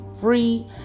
free